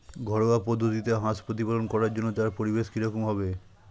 ঘরোয়া পদ্ধতিতে হাঁস প্রতিপালন করার জন্য তার পরিবেশ কী রকম হবে?